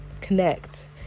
connect